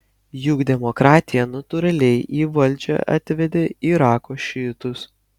juk demokratija natūraliai į valdžią atvedė irako šiitus